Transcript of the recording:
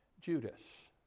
Judas